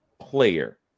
player